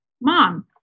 Mom